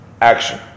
action